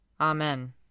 Amen